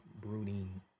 brooding